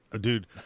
dude